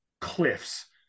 cliffs